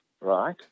right